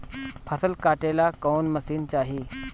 फसल काटेला कौन मशीन चाही?